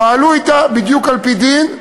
פעלו אתה בדיוק על-פי דין.